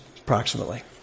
approximately